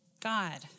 God